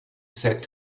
said